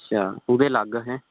ਅੱਛਾ ਉਹਦੇ ਅਲੱਗ ਹੈਂ